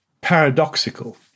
paradoxical